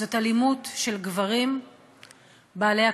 זאת אלימות של גברים בעלי הכוח,